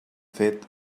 fet